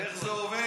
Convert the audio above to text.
מבינים איך זה עובד?